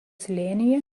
slėnyje